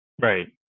Right